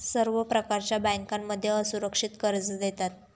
सर्व प्रकारच्या बँकांमध्ये असुरक्षित कर्ज देतात